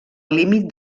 límit